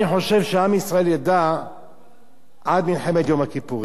אני חושב שעם ישראל ידע עד מלחמת יום הכיפורים,